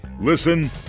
Listen